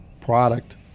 product